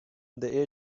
they